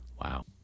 Wow